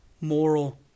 moral